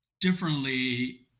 differently